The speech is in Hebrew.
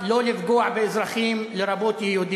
הפלסטינית המשותפת.